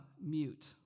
mute